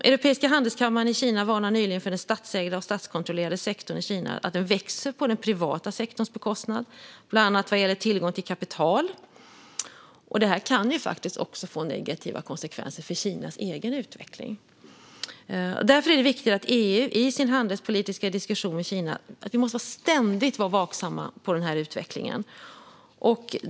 Europeiska handelskammaren i Kina varnade nyligen för att den statsägda och statskontrollerade sektorn växer på den privata sektorns bekostnad, bland annat vad gäller tillgång till kapital. Detta kan faktiskt också få negativa konsekvenser för Kinas egen utveckling. Därför är det viktigt att EU i sin handelspolitiska diskussion med Kina ständigt är vaksamt på denna utveckling.